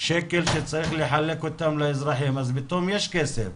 שקל שצריך לחלק אותם לאזרחים, אז פתאום יש כסף.